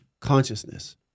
consciousness